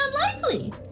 unlikely